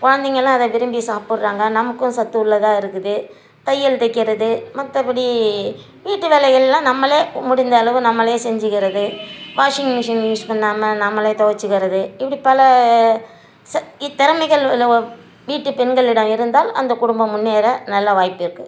குழந்தைங்கெல்லாம் அதை விரும்பி சாப்பிட்றாங்க நமக்கும் சத்துள்ளதாக இருக்குது தையல் தைக்கிறது மற்றபடி வீட்டு வேலைகள்லாம் நம்மளே முடிந்த அளவு நம்மளே செஞ்சிக்கிறது வாஷிங் மிஷின் யூஸ் பண்ணாமல் நம்மளே துவச்சிக்கிறது இப்படி பல ச இத்திறமைகள் உள்ள வீட்டு பெண்களிடம் இருந்தால் அந்த குடும்பம் முன்னேற நல்ல வாய்ப்பு இருக்குது